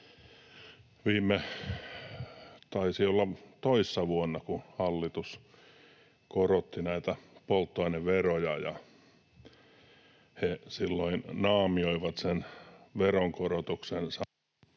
pitkiä. Taisi olla toissa vuonna, kun hallitus korotti näitä polttoaineveroja, ja he silloin naamioivat sen veronkorotuksensa